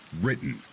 Written